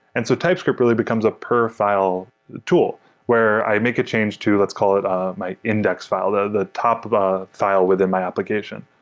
and so typescript really becomes a per file tool where i make a change to, let's call it ah my index file, the the top ah file within my application.